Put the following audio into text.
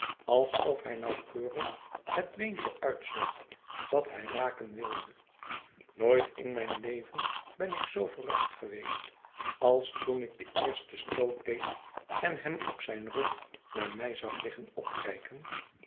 alsof hij nauwkeurig het beentje uitzocht dat hij raken wilde nooit in mijn leven ben ik zoo verrast geweest als toen ik den eersten stoot deed en hem op zijn rug naar mij zag liggen opkijken